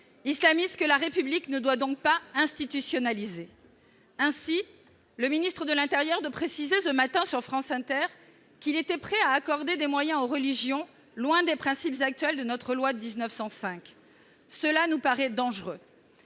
islamistes, que la République ne doit donc pas institutionnaliser. Or, ce matin, le ministre de l'intérieur a précisé sur France Inter qu'il était prêt à accorder des moyens aux religions, loin des principes actuels de notre loi de 1905 ; cela nous paraît dangereux